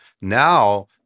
Now